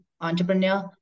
Entrepreneur